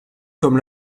comme